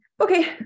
Okay